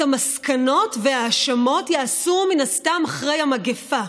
את המסקנות וההאשמות יעשו מן הסתם אחרי המגפה,